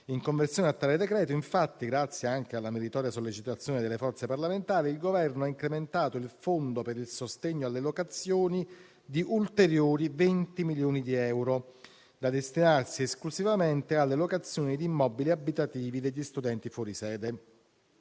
In conversione a tale decreto, infatti, grazie anche alla meritoria sollecitazione delle forze parlamentari, il Governo ha incrementato il fondo per il sostegno alle locazioni di ulteriori 20 milioni di euro, da destinarsi esclusivamente alle locazioni di immobili abitativi degli studenti fuori sede.